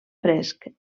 fresc